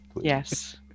Yes